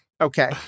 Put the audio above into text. Okay